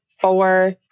four